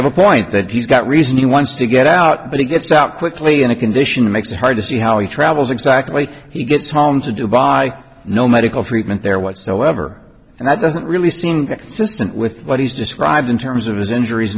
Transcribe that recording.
have a point that he's got reason he wants to get out but he gets out quickly in a condition makes it hard to see how he travels exactly he gets home to dubai no medical treatment there whatsoever and that doesn't really seem consistent with what he's described in terms of his injuries